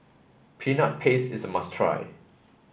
peanut paste is a must try